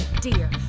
dear